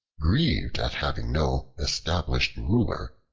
grieved at having no established ruler,